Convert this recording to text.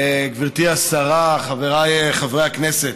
גברתי השרה, חבריי חברי הכנסת,